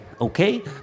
okay